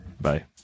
Bye